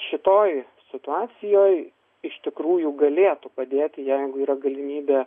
šitoj situacijoj iš tikrųjų galėtų padėti jeigu yra galimybė